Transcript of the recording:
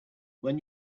when